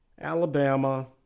Alabama